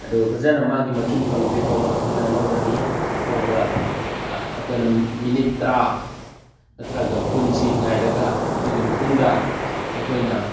ꯑꯗꯨꯒ ꯐꯖꯅ ꯃꯥꯒꯤ ꯃꯆꯨꯝ ꯀꯪꯗ꯭ꯔꯤ ꯐꯥꯎꯕ ꯑꯩꯈꯣꯏꯅ ꯉꯧꯔꯅꯤ ꯉꯧꯕ ꯑꯩꯈꯣꯏꯅ ꯃꯤꯅꯤꯠ ꯇꯔꯥ ꯅꯠꯇ꯭ꯔꯒ ꯀꯨꯟꯁꯤ ꯉꯥꯏꯔꯒ ꯑꯗꯨꯒꯤ ꯃꯇꯨꯡꯗ ꯑꯩꯈꯣꯏꯅ